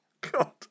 God